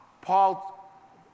Paul